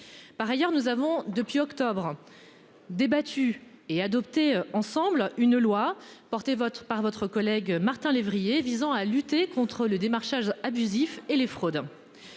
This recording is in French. Par ailleurs, nous avons depuis octobre. Débattu et adopté ensemble une loi portée par votre collègue Martin lévrier visant à lutter contre le démarchage abusif et les fraudes.